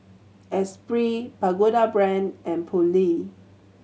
Esprit Pagoda Brand and Poulet